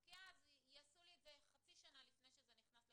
כי אז יעשו לי את זה חצי שנה לפני שזה נכנס לחובה,